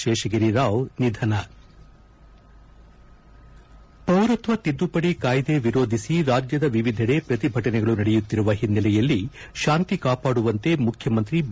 ಶೇಷಗಿರಿರಾವ್ ನಿಧನ ಪೌರತ್ವ ತಿದ್ದುಪಡಿ ಕಾಯ್ದೆ ವಿರೋಧಿಸಿ ರಾಜ್ಯದ ವಿವಿದೆಡೆ ಪ್ರತಿಭಟನೆಗಳು ನಡೆಯುತ್ತಿರುವ ಹಿನ್ನೆಲೆಯಲ್ಲಿ ಶಾಂತಿ ಕಾಪಾಡುವಂತೆ ಮುಖ್ಯಮಂತ್ರಿ ಬಿ